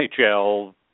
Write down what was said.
NHL